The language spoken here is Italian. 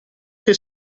che